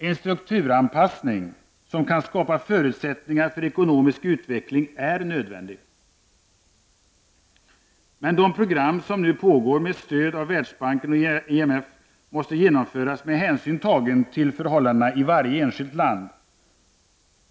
En strukturanpassning som kan skapa förutsättningar för ekonomisk utveckling är nödvändig. Men de program som nu pågår med stöd av Världsbanken och IMF måste genomföras med hänsyn tagen till förhållandena i varje enskilt land.